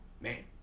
Man